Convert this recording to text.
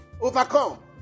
overcome